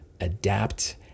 adapt